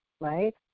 right